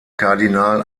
kardinal